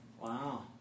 Wow